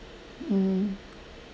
mmhmm